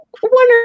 one